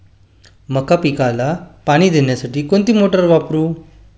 मका पिकाला पाणी देण्यासाठी कोणती मोटार वापरू?